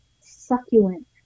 succulent